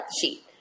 sheet